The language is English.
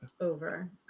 over